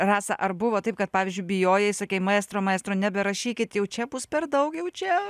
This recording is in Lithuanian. rasa ar buvo taip kad pavyzdžiui bijojai sakei maestro maestro neberašykit jau čia bus per daug jau čia